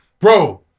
bro